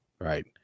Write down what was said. right